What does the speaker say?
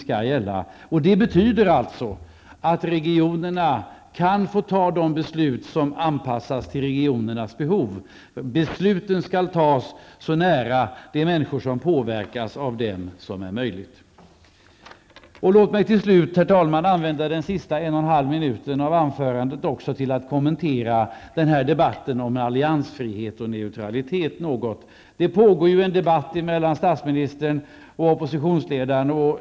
Detta betyder alltså att regionerna kan få fatta de beslut som är anpassade till regionernas behov. Besluten skall fattas så nära de människor som påverkas som möjligt. Låt mig, herr talman, använda den sista dryga minuten till att något kommentera debatten om alliansfrihet och neutralitet. Det pågår ju en debatt mellan statsministern och oppositionsledaren.